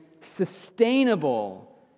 sustainable